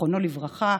זיכרונו לברכה,